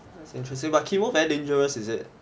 that's interesting but chemo very dangerous is it